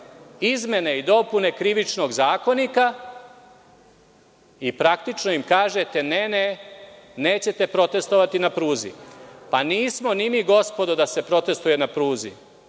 izmene i dopune Krivičnog zakonika i praktično im kažete ne, ne, nećete protestovati na pruzi. Nismo ni mi da se protestuje na pruzi.